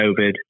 COVID